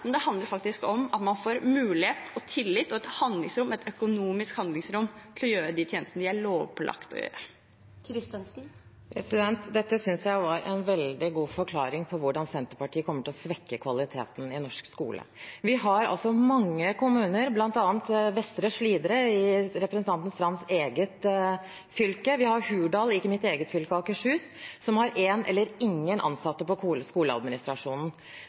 men at det faktisk handler om at de får mulighet, tillit og økonomisk handlingsrom til å levere de tjenestene de er lovpålagt å tilby. Dette synes jeg var en veldig god forklaring på hvordan Senterpartiet kommer til å svekke kvaliteten i norsk skole. Vi har mange kommuner, bl.a. Vestre Slidre i representanten Knutsdatters Strands eget fylke, og vi har Hurdal i mitt fylke, Akershus, som har én eller ingen ansatte i skoleadministrasjonen.